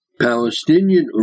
Palestinian